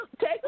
Take